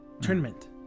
tournament